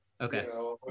Okay